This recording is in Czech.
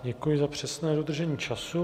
Děkuji za přesné dodržení času.